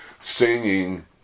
singing